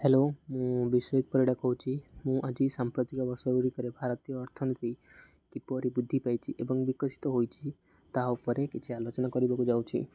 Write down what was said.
hello ମୁଁ ବିଶ୍ଵିକ ପରିଡ଼ା କହୁଛି ମୁଁ ଆଜି ସାମ୍ପ୍ରତିକ ବର୍ଷ ଗୁଡ଼ିକରେ ଭାରତୀୟ ଅର୍ଥନୀତି କିପରି ବୃଦ୍ଧି ପାଇଛି ଏବଂ ବିକଶିତ ହୋଇଛି ତାହା ଉପରେ କିଛି ଆଲୋଚନା କରିବାକୁ ଯାଉଛି